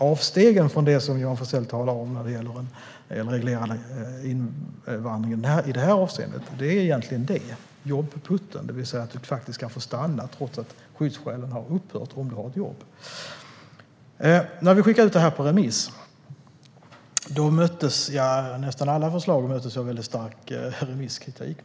Avstegen som Johan Forssell talar om när det gäller den reglerade invandringen är egentligen det: jobb-PUT:en, det vill säga att du kan få stanna trots att skyddsskälen har upphört om du har ett jobb. När vi skickade ut det här på remiss möttes nästan alla förslag av stark remisskritik.